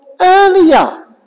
earlier